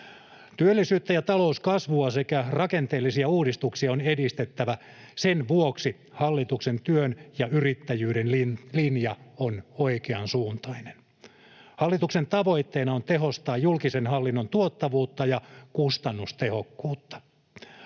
Työllisyyttä ja talouskasvua sekä rakenteellisia uudistuksia on edistettävä, sen vuoksi hallituksen työn ja yrittäjyyden linja on oikeansuuntainen. Hallituksen tavoitteena on tehostaa julkisen hallinnon tuottavuutta ja kustannustehokkuutta.